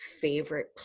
favorite